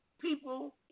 people